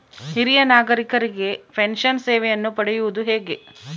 ಹಿರಿಯ ನಾಗರಿಕರಿಗೆ ಪೆನ್ಷನ್ ಸೇವೆಯನ್ನು ಪಡೆಯುವುದು ಹೇಗೆ?